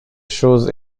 choses